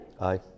Aye